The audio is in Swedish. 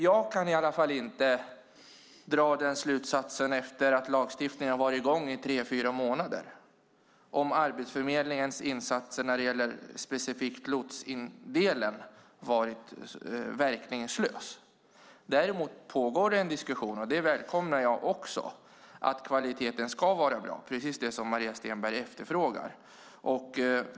Jag kan i alla fall inte dra den slutsatsen efter att lagstiftningen har varit i kraft i tre fyra månader, alltså att Arbetsförmedlingens insatser när det gäller specifikt lotsningsdelen varit verkningslösa. Däremot pågår det en diskussion som jag välkomnar om att kvaliteten ska vara bra. Det var precis det som Maria Stenberg efterfrågade.